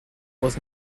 was